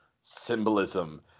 symbolism